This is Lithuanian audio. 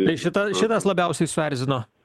tai šita šitas labiausiais suerzino